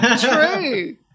True